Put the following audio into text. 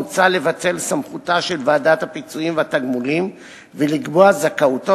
מוצע לבטל את סמכותה של ועדת הפיצויים והתגמולים ולקבוע את זכאותו